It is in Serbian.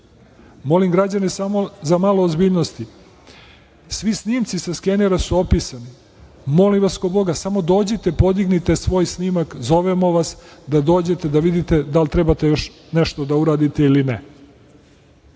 Molim građane samo za malo ozbiljnosti. Svi snimci sa skenera su opisani. Molim vas kao Boga, samo dođite, podignite svoj snimak. Zovemo vas da dođete, da vidite da li trebate još nešto da uradite ili ne.